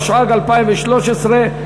התשע"ג 2013,